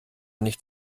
nicht